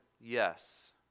yes